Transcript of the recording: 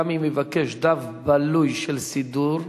גם אם יבקש דף בלוי של סידור,